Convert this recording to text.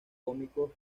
cómicos